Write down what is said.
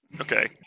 Okay